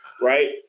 right